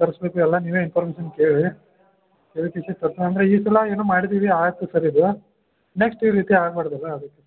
ತರ್ಸ್ಬೇಕು ಎಲ್ಲ ನೀವೆ ಇನ್ಫಾರ್ಮಶನ್ ಕೇಳಿ ಈ ಸಲ ಏನು ಮಾಡಿದ್ದೀವಿ ಆಯಿತು ಸರ್ ಇದು ನೆಕ್ಸ್ಟ್ ಈ ರೀತಿ ಆಗ್ಬಾರದಲ್ಲ ಅದಕ್ಕೆ